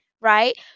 right